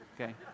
Okay